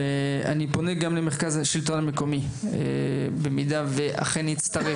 ואני פונה גם למרכז השלטון המקומי במידה ואכן יצטרך